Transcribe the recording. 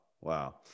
Wow